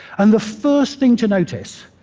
and the first thing to notice,